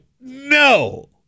no